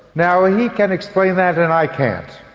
now ah he can explain that and i can't.